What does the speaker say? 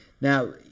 Now